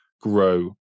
grow